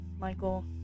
Michael